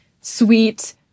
sweet